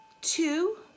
two